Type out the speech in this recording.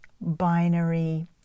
binary